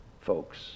folks